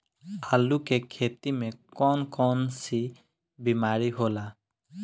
आलू की खेती में कौन कौन सी बीमारी होला?